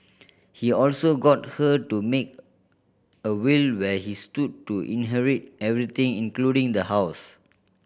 he also got her to make a will where he stood to inherit everything including the house